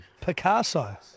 Picasso